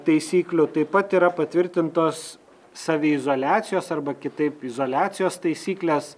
taisyklių taip pat yra patvirtintos saviizoliacijos arba kitaip izoliacijos taisyklės